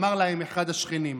אמר להם אחד השכנים.